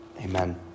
amen